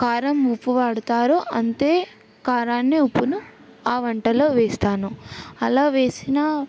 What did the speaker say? కారం ఉప్పు వాడుతారో అంతే కారాన్ని ఉప్పును ఆ వంటలో వేస్తాను అలా వేసిన